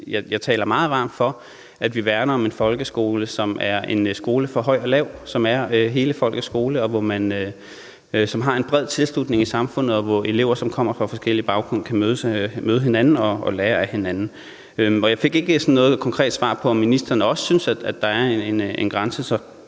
jeg taler meget varmt for, at vi værner om folkeskolen som en skole for høj og lav, og at det er hele folkets skole med en bred tilslutning i samfundet, hvor elever, der kommer fra forskellige baggrunde kan møde hinanden og lære af hinanden. Jeg fik ikke noget konkret svar fra ministeren på, om ministeren også synes, at der er en grænse, så